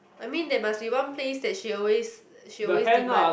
I mean that must be one place that she always she always demand